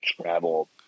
travel